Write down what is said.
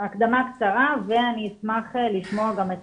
הקדמה קצרה ואני אשמח לשמוע גם את